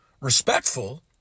respectful